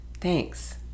Thanks